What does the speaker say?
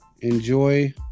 enjoy